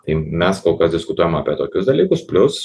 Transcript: tai mes kol kas diskutuojam apie tokius dalykus plius